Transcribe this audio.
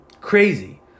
crazy